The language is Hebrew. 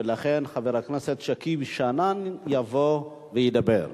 ולכן חבר הכנסת שכיב שנאן יבוא וידבר.